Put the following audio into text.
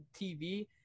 TV